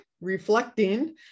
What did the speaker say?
reflecting